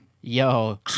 Yo